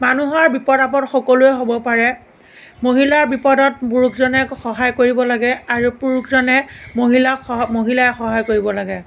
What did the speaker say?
মানুহৰ বিপদ আপদ সকলোৰে হ'ব পাৰে মহিলাৰ বিপদত পুৰুষজনে সহায় কৰিব লাগে আৰু পুৰুষজনে মহিলাক মহিলাই সহায় কৰিব লাগে